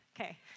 Okay